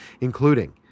including